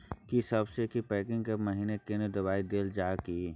की सबसे के पैकिंग स पहिने कोनो दबाई देल जाव की?